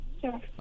Sure